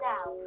Now